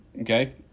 Okay